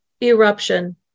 Eruption